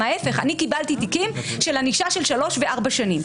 אני קיבלתי תיקים של ענישה של שלוש וארבע שנים.